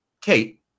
Kate